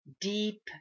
deep